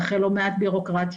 ואחרי לא מעט בירוקרטיה.